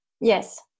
yes